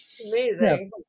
Amazing